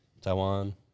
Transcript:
Taiwan